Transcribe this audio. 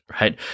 right